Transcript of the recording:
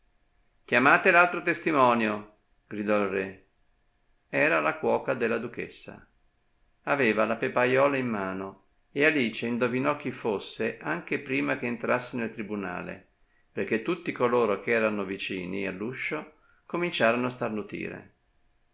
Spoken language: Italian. chiamate l'altro testimonio gridò il re era la cuoca della duchessa aveva la pepaiola in mano e alice indovinò chi fosse anche prima che entrasse nel tribunale perchè tutti coloro ch'erano vicini all'uscio cominciarono a starnutire